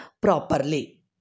properly